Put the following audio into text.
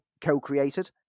co-created